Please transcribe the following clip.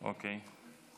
אוקיי.